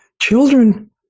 children